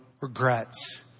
regrets